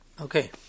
Okay